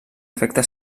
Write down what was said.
efecte